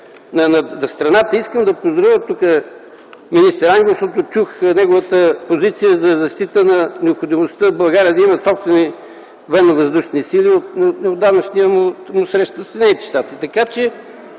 на страната. Искам да поздравя тук министър Ангелов, защото чух неговата позиция за защита необходимостта България да има собствени военновъздушни сили от неотдавнашните му срещи в Съединените щати.